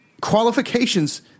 qualifications